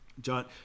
John